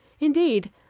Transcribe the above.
indeed